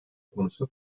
konusu